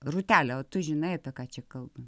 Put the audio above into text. rūtele o tu žinai apie ką čia kalbam